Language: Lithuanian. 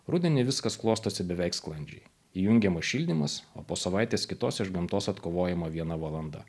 rudenį viskas klostosi beveik sklandžiai įjungiamas šildymas o po savaitės kitos iš gamtos atkovojama viena valanda